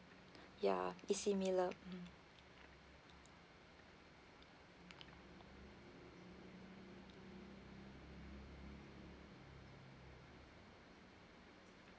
ya is similar